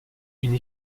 une